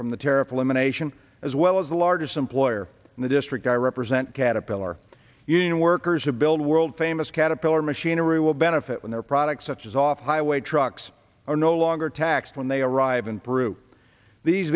elimination as well as the largest employer in the district i represent caterpillar union workers to build world famous caterpillar machinery will benefit when their products such as off highway trucks are no longer taxed when they arrive in peru these